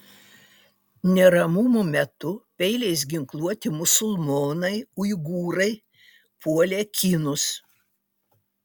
neramumų metu peiliais ginkluoti musulmonai uigūrai puolė kinus